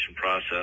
process